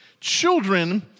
children